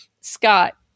Scott